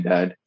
Dad